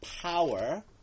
power